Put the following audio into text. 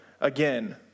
again